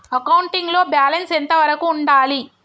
Accounting లో balance ఎంత వరకు ఉండాలి?